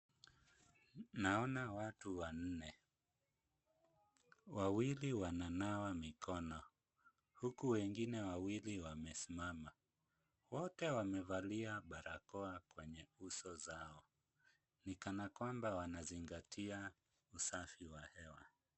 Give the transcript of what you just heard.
Naona watu wanne, wawili wananawa mikono huku wengine wawili wamesimama. Wote wamevalia barakoa kwenye uso zao ni kana kwamba wanazingatia usafi wa hewa.